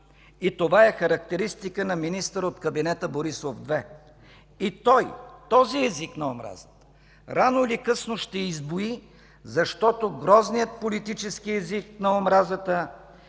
и това е характеристика на министър от кабинета Борисов 2. И той, този език на омразата, рано или късно ще избуи, защото грозният политически език на омразата